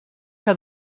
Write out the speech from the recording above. que